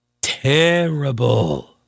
terrible